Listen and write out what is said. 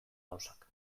gauzak